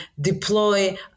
deploy